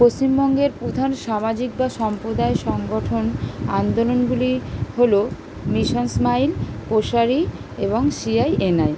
পশ্চিমবঙ্গের প্রধান সামাজিক বা সম্প্রদায় সংগঠন আন্দোলনগুলি হলো মিশন স্মাইল প্রসারী এবং সিআইএনআই